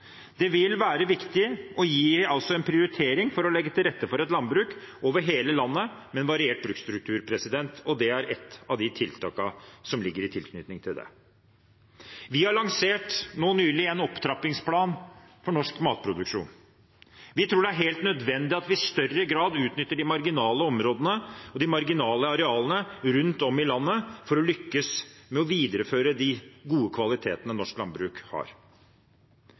Det vil være viktig å prioritere for å legge til rette for et landbruk over hele landet med en variert bruksstruktur, og det er et av de tiltakene som ligger i tilknytning til det. Vi har nylig lansert en opptrappingsplan for norsk matproduksjon. Vi tror det er helt nødvendig at vi i større grad utnytter de marginale områdene og de marginale arealene rundt om i landet for å kunne lykkes med å videreføre de gode kvalitetene norsk landbruk har.